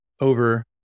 over